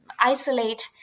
isolate